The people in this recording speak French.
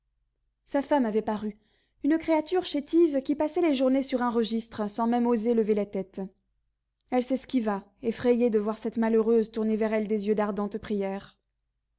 sa femme avait paru une créature chétive qui passait les journées sur un registre sans même oser lever la tête elle s'esquiva effrayée de voir cette malheureuse tourner vers elle des yeux d'ardente prière